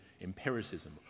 empiricism